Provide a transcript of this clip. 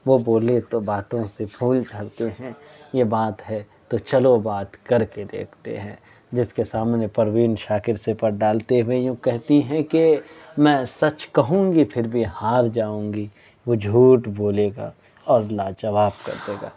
وہ بولے تو باتوں سے پھول جھڑتے ہیں یہ بات ہے تو چلو بات کر کے دیکھتے ہیں جس کے سامنے پروین شاکر سپر ڈالتے ہوئے یوں کہتی ہیں کہ میں سچ کہوں گی پھر بھی ہار جاؤں گی وہ جھوٹ بولے گا اور لا جواب کر دے گا